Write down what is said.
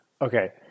Okay